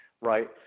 right